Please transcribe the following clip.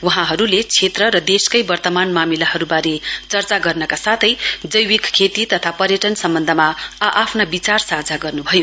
वहाँले क्षेत्र र देशकै वर्तमान मामिलाहरुवारे चर्चा गर्नका साथै जैविक खेती तथा पर्यटन सम्बन्धमा आ आफ्ना विचार साझा गर्नुभयो